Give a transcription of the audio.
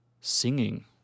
singing